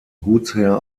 gutsherr